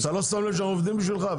אתה לא שם לב שאנחנו עובדים בשבילך,